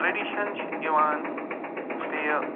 tradition چھِ یِوان بیٚیہِ